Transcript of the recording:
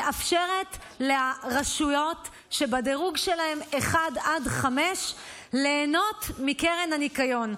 מאפשרת לרשויות שבדירוג 1 עד 5 ליהנות מקרן הניקיון,